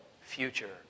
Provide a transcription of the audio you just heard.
future